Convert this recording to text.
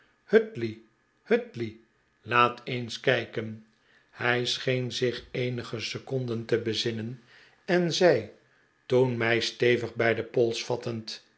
hutley laat eens kijken hij scheen zich eenige seconden te bezinnen en zei toen mij stevig bij den pols vattend